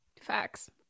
Facts